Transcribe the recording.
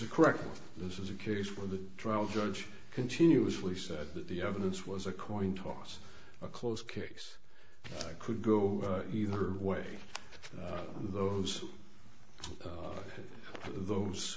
a correct this is a case where the trial judge continuously said that the evidence was a coin toss a close case could go either way and those those